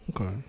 Okay